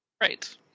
Right